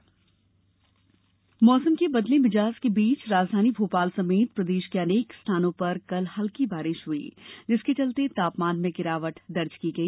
मौसम मौसम के बदले भिजाज के बीच राजधानी भोपाल समेत प्रदेश के अनेक स्थानों पर कल हल्की बारिश हुई जिसके चलते तापमान में गिरावट दर्ज की गई